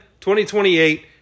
2028